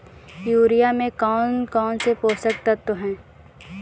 Urea में कौन कौन से पोषक तत्व है?